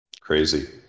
Crazy